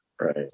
Right